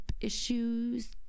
issues